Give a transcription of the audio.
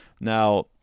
Now